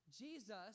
Jesus